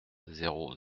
zéro